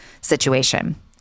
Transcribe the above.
situation